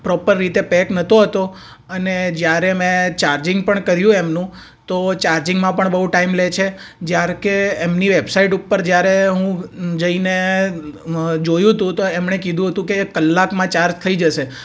proper રીતે pack નહતો હતો અને જ્યારે મેં ચાર્જિંગ પણ કર્યું એમનું તો ચાર્જિંગમાં પણ બહુ ટાઇમ લે છે જ્યારે કે એમની વેબસાઇટ ઉપર જ્યારે હું જઈને જોયું હતું તો એમણે કીધું હતું કે કલાકમાં ચાર્જ થઈ જશે